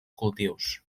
cultius